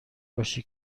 باشی